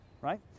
right